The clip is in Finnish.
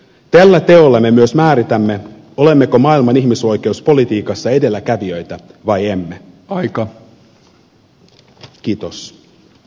tällä teolla me myös määritämme olemmeko maailman ihmisoikeuspolitiikassa edelläkävijöitä vai emme